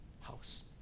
house